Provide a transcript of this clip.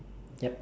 yup